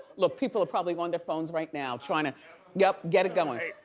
look people are probably wonder phones right now trying to get up, get it going.